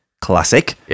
classic